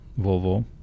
Volvo